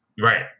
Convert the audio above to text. right